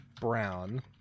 Brown